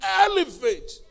elevate